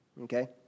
Okay